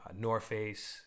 Norface